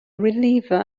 reliever